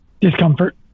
Discomfort